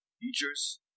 features